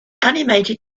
animated